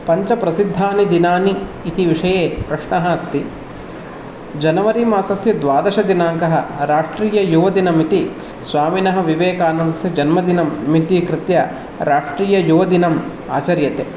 पञ्च प्रसिद्धानि दिनानि इति विषये प्रश्नः अस्ति जान्वरि मासस्य द्वादशदिनाङ्कः राष्ट्रीययुवदिनमिति स्वामिनः विवेकानन्दस्य जन्मदिनमिति कृत्य राष्ट्रीययुवदिनम् आचर्यते